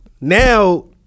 now